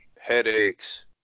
headaches